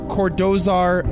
Cordozar